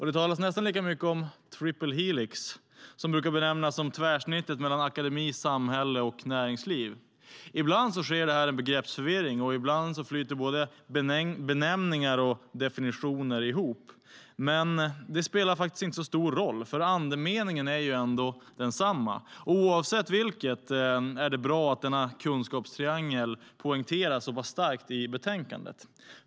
Det talas nästan lika mycket om triple helix, som brukar benämnas som tvärsnittet mellan akademi, samhälle och näringsliv. Ibland sker det en begreppsförvirring, och ibland flyter både benämningar och definitioner ihop. Men det spelar faktiskt inte så stor roll eftersom andemeningen ändå är densamma. Oavsett vilket är det bra att denna kunskapstriangel poängteras så pass starkt i betänkandet.